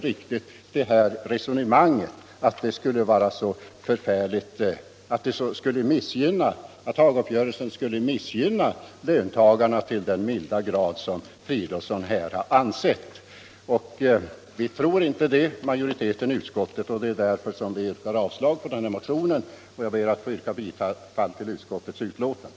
Jag kan inte förstå att Hagauppgörelsen skulle missgynna löntagarna till den milda grad som herr Fridolfsson anser. Majoriteten i utskottet tror inte det. Det är snarare tvärtom. Och det är därför som vi yrkar avslag på motionen. Herr talman! Jag ber att få yrka bifall till utskottets hemställan.